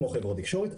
כמו חברות תקשורת.